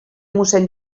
mossèn